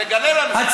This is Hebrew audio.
תגלה לנו, איזו פטרייה?